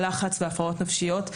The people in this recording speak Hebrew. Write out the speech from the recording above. לחץ והפרעות נפשיות.